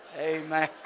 Amen